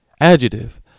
Adjective